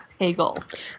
Pagel